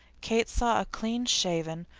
kate saw a clean-shaven,